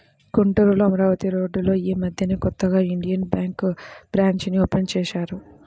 గుంటూరులో అమరావతి రోడ్డులో యీ మద్దెనే కొత్తగా ఇండియన్ బ్యేంకు బ్రాంచీని ఓపెన్ చేశారు